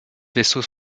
vaisseaux